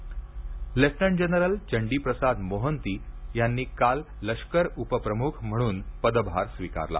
Chandi lieutenant general Chandi Prasad Mohanty यांनी काल लष्कर उपप्रमुख म्हणून पदभार स्वीकारला